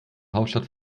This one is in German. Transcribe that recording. hauptstadt